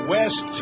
West